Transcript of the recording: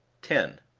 ten.